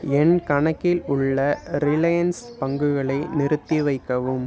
என் கணக்கில் உள்ள ரிலையன்ஸ் பங்குகளை நிறுத்தி வைக்கவும்